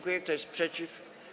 Kto jest przeciw?